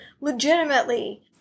legitimately